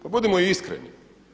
Pa budimo iskreni.